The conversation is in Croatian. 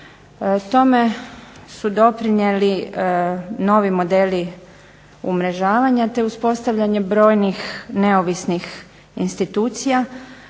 Tome su doprinijeli novi modeli umrežavanja, te uspostavljanje brojnih neovisnih institucija